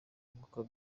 nk’uko